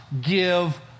give